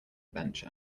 bench